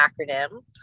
acronym